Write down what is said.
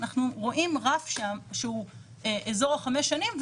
אנחנו רואים רק שהעונש הוא באזור חמש שנים,